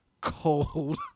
cold